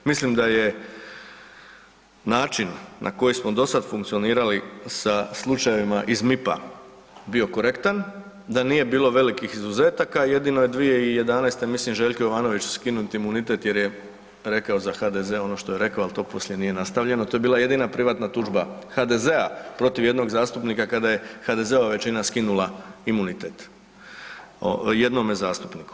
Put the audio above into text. Mislim da je način na koji smo dosada funkcionirali sa slučajevima iz MIP-a bio korektan, da nije bilo velikih izuzetaka jedino je 2011. mislim Želju Jovanoviću skinut imunitet jer rekao za HDZ ono što je rekao, al to poslije nije nastavljeno, to je bila jedina privatna tužba HDZ-a protiv jednog zastupnika kada je HDZ-ova većina skinula imunitet jednome zastupniku.